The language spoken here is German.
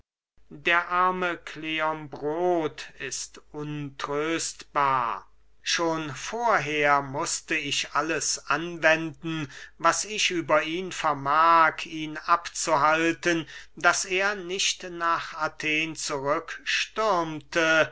der arme kleombrot ist untröstbar schon vorher mußte ich alles anwenden was ich über ihn vermag ihn abzuhalten daß er nicht nach athen